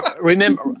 remember